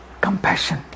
compassion